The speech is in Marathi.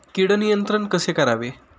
कीड नियंत्रण कसे करावे?